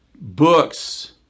books